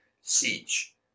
siege